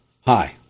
Hi